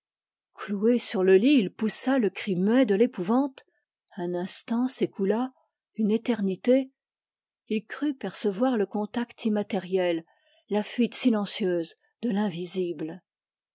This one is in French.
cloué sur le lit il poussa le cri muet de l'épouvante un instant s'écoula une éternité il crut percevoir le contact immatériel la fuite silencieuse de